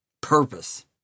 Purpose